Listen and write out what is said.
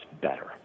better